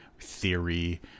theory